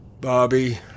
Bobby